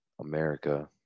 America